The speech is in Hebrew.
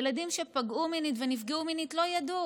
ילדים שפגעו מינית ונפגעו מינית לא ידעו,